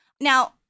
Now